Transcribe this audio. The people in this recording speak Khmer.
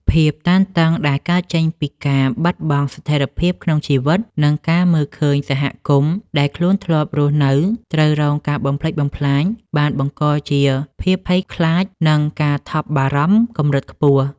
ភាពតានតឹងដែលកើតចេញពីការបាត់បង់ស្ថិរភាពក្នុងជីវិត និងការមើលឃើញសហគមន៍ដែលខ្លួនធ្លាប់រស់នៅត្រូវរងការបំផ្លិចបំផ្លាញ បានបង្កជាភាពភ័យខ្លាច និងការថប់បារម្ភកម្រិតខ្ពស់។